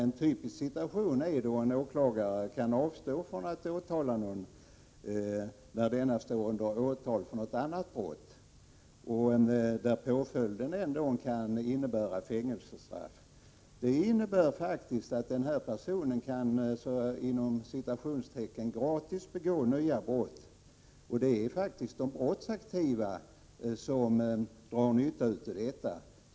En typisk situation är att en åklagare avstår från att åtala en person när denne står under åtal för ett annat brott, för vilket påföljden kan vara fängelsestraff. Det innebär att vederbörande ”gratis” kan begå nya brott. Det är faktiskt de brottsaktiva som drar nytta av detta.